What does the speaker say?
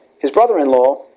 his brother-in-law,